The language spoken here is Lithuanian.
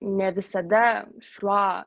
ne visada šiuo